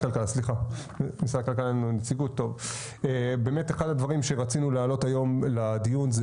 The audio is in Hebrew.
אחד הדברים שרצינו להעלות היום לדיון זה